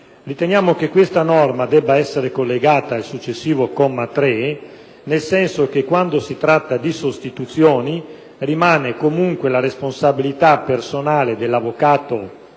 Riteniamo che questa norma debba essere collegata al successivo comma 3, nel senso che, quando si tratta di sostituzioni, rimane comunque la responsabilità personale dell'avvocato